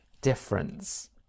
difference